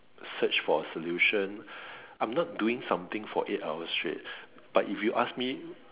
search for solution I'm not doing something for eight hours straight but if you ask me